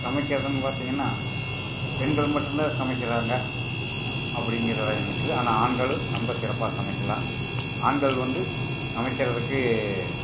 சமைக்கிறதுன்னு பார்த்தீங்கன்னா பெண்கள் மட்டுந்தான் சமைக்கிறாங்க அப்படிங்கிற எண்ணம் இருக்குது ஆனால் ஆண்களும் ரொம்ப சிறப்பாக சமைக்கலாம் ஆண்கள் வந்து சமைக்கிறதுக்கு